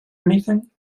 anything